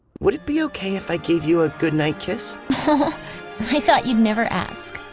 would it be okay if i gave you a goodnight kiss? i thought you'd never ask.